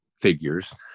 figures